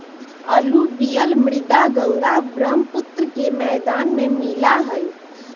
alluvial मृदा गंगा बर्ह्म्पुत्र के मैदान में मिला हई